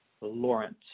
Lawrence